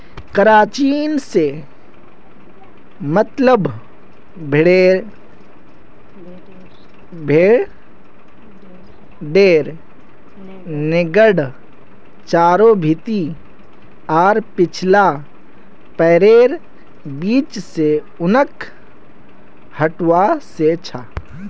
crutching से मतलब भेडेर नेंगड चारों भीति आर पिछला पैरैर बीच से ऊनक हटवा से छ